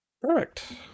Perfect